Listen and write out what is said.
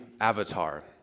Avatar